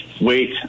wait